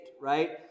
right